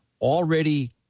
already